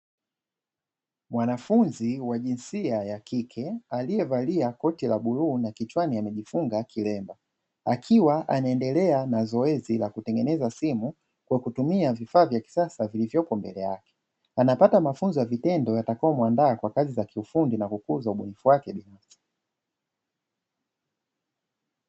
Mwanafunzi wa jinsia ya kike aliyevalia kot la bluu na kichwani amejifunga kilemba, akiwa anaendelea na zoezi la kutengeneza simu kwa kutumia vifaa vya kisasa vilivyopo mbele yake, anapata mafunzo ya vitendo yatakayomuandaa kwa kazi za kiufundi na kukuza ubunifu wake binafsi.